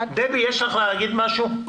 דבי, יש לך משהו לומר?